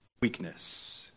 weakness